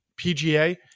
PGA